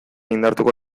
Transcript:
indartuko